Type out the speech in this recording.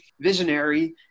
visionary